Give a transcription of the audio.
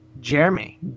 Jeremy